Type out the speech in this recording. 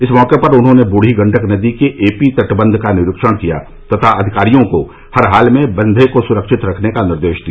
इस मौके पर उन्होंने बूढ़ी गण्डक नदी के एपी तटबन्ध का निरीक्षण किया तथा अधिकारियों को हर हाल में बन्धे को सुरक्षित रखने का निर्देश दिया